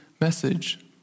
message